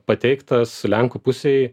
pateiktas lenkų pusei